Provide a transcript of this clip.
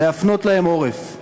להפנות להם עורף.